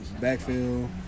backfield